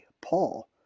Paul